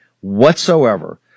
whatsoever